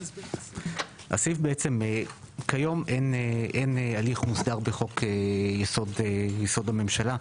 הסעיף בעצם כיום אין הליך מוסדר בחוק יסוד הממשלה,